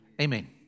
Amen